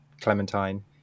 Clementine